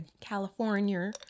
California